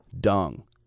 dung